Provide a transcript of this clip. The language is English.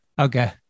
okay